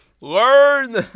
Learn